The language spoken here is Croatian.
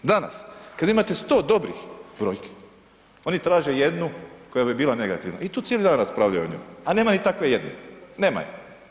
Danas kada imate 100 dobrih brojki oni traže jednu koja bi bila negativna i to cijeli dan raspravljaju o njemu, a nema ni takve jedne, nema je.